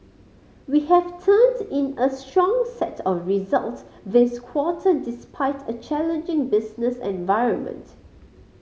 we have turned in a strong set of results this quarter despite a challenging business environment